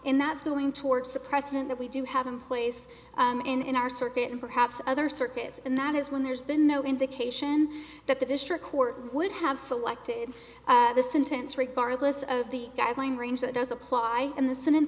and that's going towards the precedent that we do have in place in our circuit and perhaps other circuits and that is when there's been no indication that the district court would have selected the sentence regardless of the guideline range that does apply in